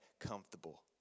comfortable